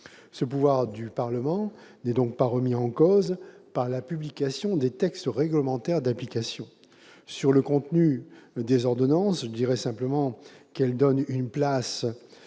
Ce pouvoir du Parlement n'est pas remis en cause par la publication des textes réglementaires d'application. Sur le contenu des ordonnances, je dirai simplement qu'elles donnent une place